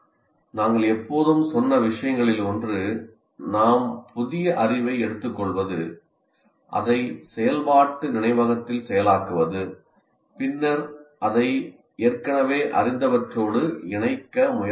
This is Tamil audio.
நாங்கள் எப்போதும் சொன்ன விஷயங்களில் ஒன்று நாம் புதிய அறிவை எடுத்துக்கொள்வது அதை செயல்பாட்டு நினைவகத்தில் செயலாக்குவது பின்னர் அதை ஏற்கனவே அறிந்தவற்றோடு இணைக்க முயற்சிப்பது